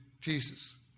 Jesus